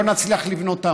לא נצליח לבנות עם,